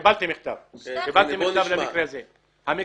קיבלתי מכתב לגבי המקרה הזה.